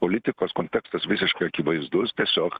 politikos kontekstas visiškai akivaizdus tiesiog